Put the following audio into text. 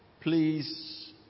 please